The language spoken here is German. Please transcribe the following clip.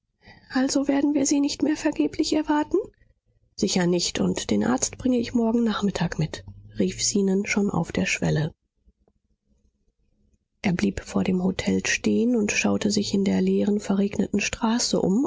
also werden wir sie nicht mehr vergeblich erwarten sicher nicht und den arzt bringe ich morgen nachmittag mit rief zenon schon auf der schwelle er blieb vor dem hotel stehen und schaute sich in der leeren verregneten straße um